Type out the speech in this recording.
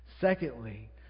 Secondly